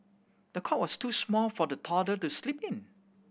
the cot was too small for the toddler to sleep in